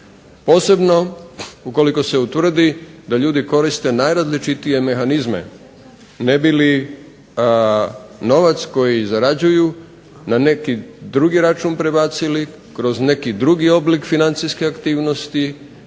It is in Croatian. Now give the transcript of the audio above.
Posebno ukoliko se utvrdi da ljudi koriste najrazličitije mehanizme ne bili novac koji zarađuju na neki drugi račun prebacili kroz neki drugi oblik financijske aktivnosti